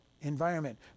environment